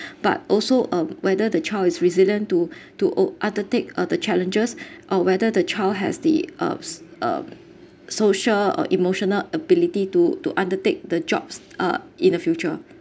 but also um whether the child is resilient to to o~ undertake other challenges or whether the child has the ups um social or emotional ability to to undertake the jobs uh in the future